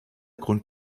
grund